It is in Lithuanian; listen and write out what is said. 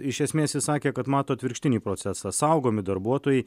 iš esmės jis sakė kad mato atvirkštinį procesą saugomi darbuotojai